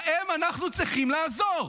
להם אנחנו צריכים לעזור.